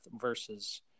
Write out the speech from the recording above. versus